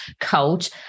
coach